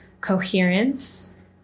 coherence